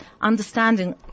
understanding